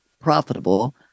profitable